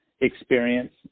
experience